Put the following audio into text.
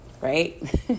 right